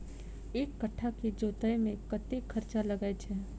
एक कट्ठा केँ जोतय मे कतेक खर्चा लागै छै?